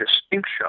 distinction